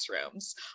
classrooms